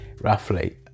roughly